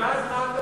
התפשרנו.